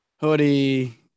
hoodie